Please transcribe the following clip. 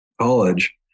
college